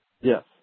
Yes